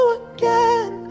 again